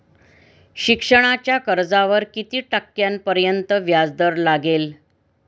शिक्षणाच्या कर्जावर किती टक्क्यांपर्यंत व्याजदर लागेल?